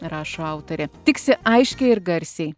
rašo autorė tiksi aiškiai ir garsiai